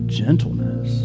gentleness